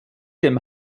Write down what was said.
dem